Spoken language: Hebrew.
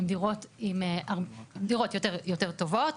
הן דירות יותר טובות.